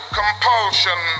compulsion